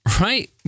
right